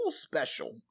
special